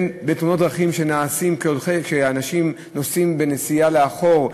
אם בתאונות דרכים שקורות כשאנשים נוסעים לאחור.